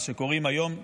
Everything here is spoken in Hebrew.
מה שקוראים "היום שאחרי",